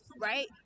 right